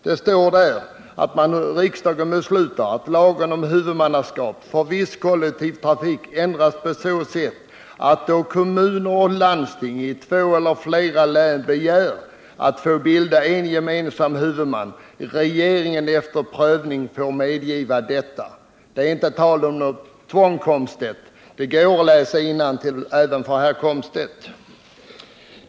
Det har nämligen i motionen hemställts ”att riksdagen beslutar att lagen om huvudmannaskap för viss kollektivtrafik ändras på så sätt att då kommuner och landsting i två eller flera län begär att få bilda en gemensam huvudman regeringen efter prövning får medgiva detta”. Det är alltså inte tal om något tvång, herr Komstedt. Det går att läsa innantill även för herr Komstedt.